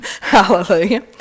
Hallelujah